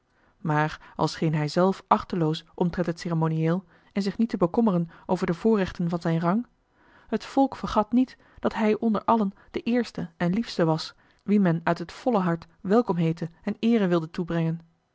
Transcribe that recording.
maar al scheen hij zelf achteloos omtrent het ceremoniëel en zich niet te bekommeren over de voorrechten van zijn rang het volk vergat niet dat hij onder allen de eerste en liefste was wien men uit het volle hart welkom heette en eere wilde toebrengen